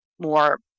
more